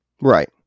Right